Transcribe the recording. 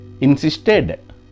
Insisted